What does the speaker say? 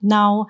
Now